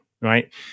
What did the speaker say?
right